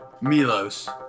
Milos